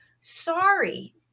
Sorry